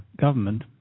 government